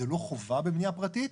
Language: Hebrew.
זה לא חובה בבנייה פרטית